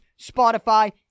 Spotify